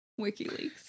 WikiLeaks